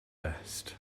best